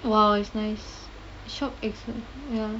!wow! it's nice shop X_O_X_O